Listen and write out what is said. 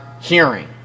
hearing